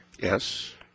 Yes